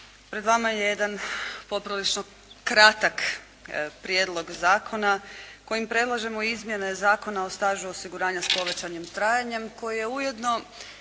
Pred vama je jedan poprilično kratak prijedlog zakona kojim predlažemo izmjene Zakona o stažu osiguranja s povećanim trajanjem koji je ujedno